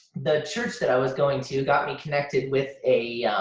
the church that i was going to got me connected with a,